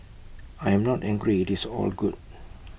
I am not angry IT is all good